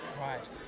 Right